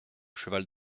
cheval